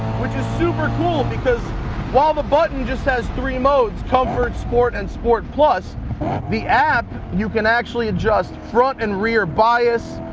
which is super cool because while the button just has three modes comfort, sport, and support plus the app, you can actually adjust front and rear bias.